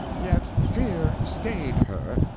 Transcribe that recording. yett fear stayed her,